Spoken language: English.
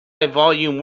volume